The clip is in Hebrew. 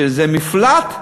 שזה מפלט,